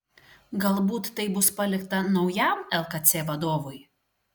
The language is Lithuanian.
galbūt tai bus palikta naujam lkc vadovui